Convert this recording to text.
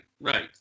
right